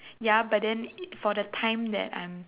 ya but then for the time that I'm